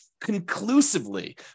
conclusively